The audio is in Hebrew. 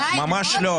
ממש לא.